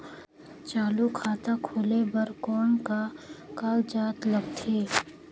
चालू खाता खोले बर कौन का कागजात लगथे?